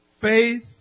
Faith